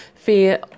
fear